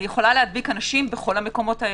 אני יכולה להדביק אנשים בכל המקומות האלה.